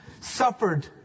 suffered